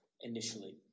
initially